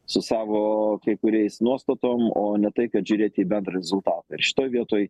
su savo kai kuriais nuostatom o ne tai kad žiūrėti į bendrą rezultatą ir šitoj vietoj